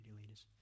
leaders